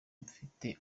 mfite